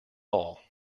all